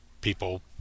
people